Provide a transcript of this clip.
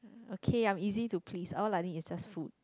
okay I'm easy to please all I need is just food